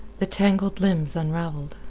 the tangled limbs unraveled.